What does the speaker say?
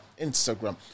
Instagram